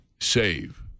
save